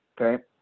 okay